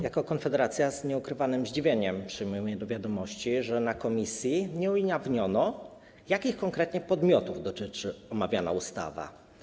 Jako Konfederacja z nieukrywanym zdziwieniem przyjmujemy do wiadomości to, że na posiedzeniu komisji nie ujawniono, jakich konkretnie podmiotów dotyczy omawiana ustawa.